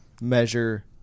measure